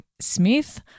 Smith